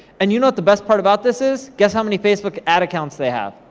and you know what the best part about this is? guess how many facebook ad accounts they have?